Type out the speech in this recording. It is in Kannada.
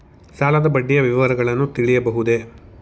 ಸಾಲದ ಬಡ್ಡಿಯ ವಿವರಗಳನ್ನು ತಿಳಿಯಬಹುದೇ?